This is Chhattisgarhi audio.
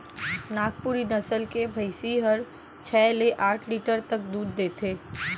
नागपुरी नसल के भईंसी हर छै ले आठ लीटर तक दूद देथे